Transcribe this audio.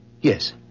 Yes